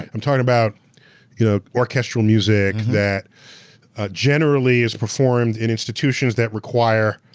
i'm talking about yeah orchestral music that generally is performed in institutions that require.